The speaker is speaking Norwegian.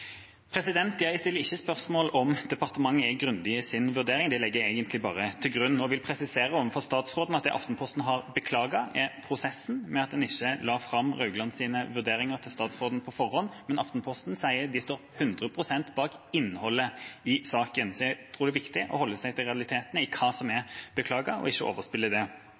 Jeg stiller ikke spørsmål om departementet er grundig i sin vurdering, det legger jeg egentlig bare til grunn. Jeg vil presisere overfor statsråden at det Aftenposten har beklaget, er prosessen – at man ikke la fram Rauglands vurderinger til statsråden på forhånd. Men Aftenposten sier de står hundre prosent bak innholdet i saken. Så jeg tror det er viktig å holde seg til realitetene i hva som er beklaget, og ikke overspille det.